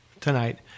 tonight